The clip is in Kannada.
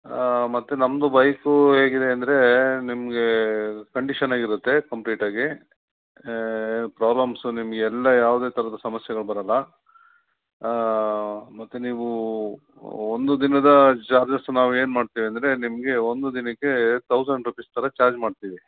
ಹಾಂ ಮತ್ತೆ ನಮ್ಮದು ಬೈಕು ಹೇಗಿದೆ ಅಂದರೆ ನಿಮಗೆ ಕಂಡಿಷನ್ ಆಗಿರುತ್ತೆ ಕಂಪ್ಲೀಟ್ ಆಗಿ ಪ್ರಾಬ್ಲೆಮ್ಸ್ ನಿಮಗೆಲ್ಲಾ ಯಾವುದೆ ಥರದ ಸಮಸ್ಯೆಗಳು ಬರೋಲ್ಲ ಹಾಂ ಮತ್ತೆ ನೀವು ಒಂದು ದಿನದ ಚಾರ್ಜಸ್ ನಾವು ಏನು ಮಾಡ್ತೇವೆ ಅಂದರೆ ನಿಮಗೆ ಒಂದು ದಿನಕ್ಕೆ ತೌಸಂಡ್ ರೂಪಿಸ್ ಥರ ಚಾರ್ಜ್ ಮಾಡ್ತೀವಿ